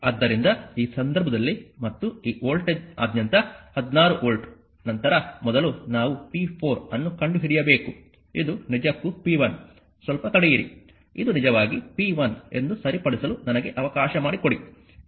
ಆದ್ದರಿಂದ ಈ ಸಂದರ್ಭದಲ್ಲಿ ಮತ್ತು ಈ ವೋಲ್ಟೇಜ್ನಾದ್ಯಂತ 16 ವೋಲ್ಟ್ ನಂತರ ಮೊದಲು ನಾವು p4 ಅನ್ನು ಕಂಡುಹಿಡಿಯಬೇಕು ಇದು ನಿಜಕ್ಕೂ p1 ಸ್ವಲ್ಪ ತಡೆಯಿರಿ ಇದು ನಿಜವಾಗಿ p1 ಎಂದು ಸರಿಪಡಿಸಲು ನನಗೆ ಅವಕಾಶ ಮಾಡಿಕೊಡಿ ಇದು p1